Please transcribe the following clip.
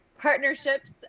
partnerships